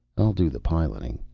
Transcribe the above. i'll do the piloting.